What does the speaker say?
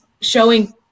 showing